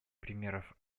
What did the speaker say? примеров